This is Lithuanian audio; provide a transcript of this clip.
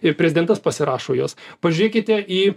ir prezidentas pasirašo juos pažiūrėkite į